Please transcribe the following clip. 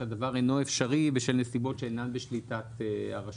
שהדבר אינו אפשרי בשל נסיבות שאינן בשליטת הרשות.